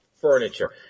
furniture